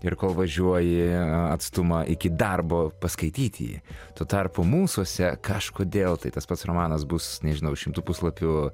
ir kol važiuoji atstumą iki darbo paskaityti jį tuo tarpu mūsuose kažkodėl tai tas pats romanas bus nežinau šimtų puslapių